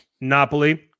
Napoli